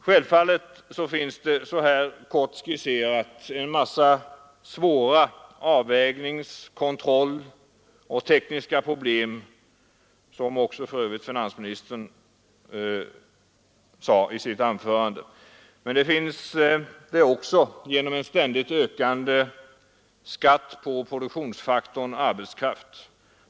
Självfallet finns det så här kort skisserat en mängd svåra avvägnings-, kontrolloch tekniska problem, vilket också finansministern framhöll i sitt anförande. Men det har man också vid en ständigt ökande skatt på produktionsfaktorn arbetskraft.